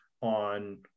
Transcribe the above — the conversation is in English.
on